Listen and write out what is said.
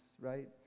right